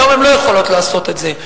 היום הן לא יכולות לעשות את זה,